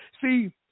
See